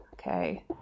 okay